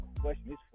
question